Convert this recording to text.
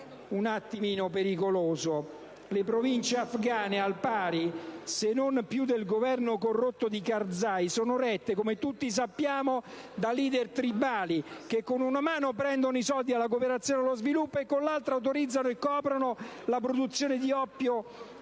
un po' pericoloso. Le province afghane, al pari, se non più, del Governo corrotto di Karzai, sono rette, come tutti sappiamo, da *leader* tribali, che con una mano prendono i soldi della cooperazione allo sviluppo e con l'altra autorizzano e coprono la produzione di oppio,